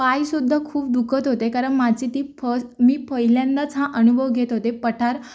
पायसुद्धा खूप दुखत होते करण माझी ती फर्स्ट मी पहिल्यांदाच हा अनुभव घेत होते पठार